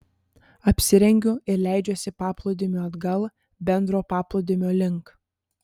apsirengiu ir leidžiuosi paplūdimiu atgal bendro paplūdimio link